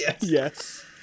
Yes